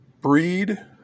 breed